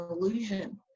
illusion